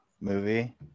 Movie